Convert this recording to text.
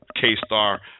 K-Star